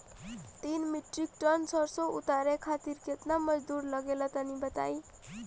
तीन metric tonne सरसो उतारे खातिर केतना मजदूरी लगे ला तनि बताई?